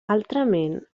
altrament